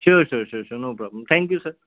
sure sure sure sir no problem thank you sir